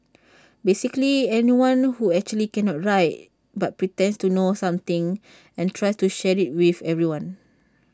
basically anyone who actually cannot write but pretends to know something and tries to share IT with everyone